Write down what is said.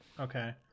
okay